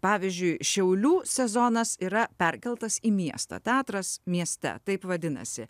pavyzdžiui šiaulių sezonas yra perkeltas į miestą teatras mieste taip vadinasi